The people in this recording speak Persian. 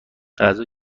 غذا